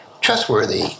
trustworthy